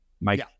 Mike